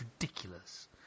ridiculous